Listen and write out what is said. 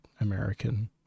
american